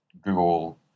Google